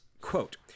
quote